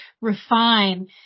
refine